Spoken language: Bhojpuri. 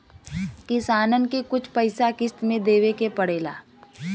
किसानन के कुछ पइसा किश्त मे देवे के पड़ेला